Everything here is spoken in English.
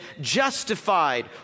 justified